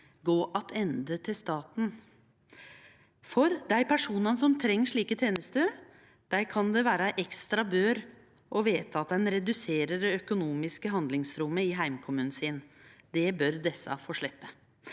gå attende til staten. For dei personane som treng slike tenester, kan det vere ei ekstra bør å vete at ein reduserer det økonomiske handlingsrommet i heimkommunen sin. Det bør desse få sleppe.